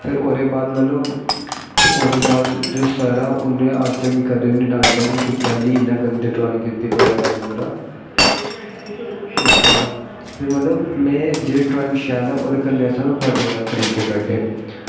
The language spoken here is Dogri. फिर ओह्दे बाद मतलव सर नै अज्ज तक कदैं नी डांटेआ कि तूं कैल्ली इन्नी गंदी ड्राईंग कीती बगैैरा बगैरा कि मतलव में जेह्ड़ी ड्राईंग शैल ओह्दे कन्नैं असैं बड़े जादा तरीके कड्ढे